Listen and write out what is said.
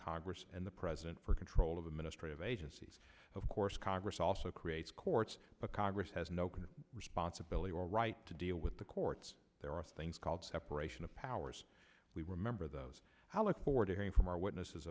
congress and the president for control of administrative agencies of course congress also creates courts but congress has an open responsibility or right to deal with the courts there are things called separation of powers we remember those how look forward to hearing from our witnesses